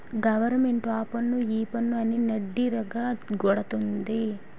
government ఆపన్ను ఈపన్ను అని నడ్డిరగ గొడతంది